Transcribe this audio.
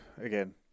again